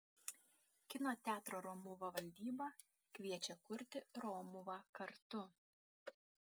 kino teatro romuva valdyba kviečia kurti romuvą kartu